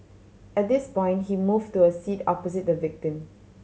at this point he moved to a seat opposite the victim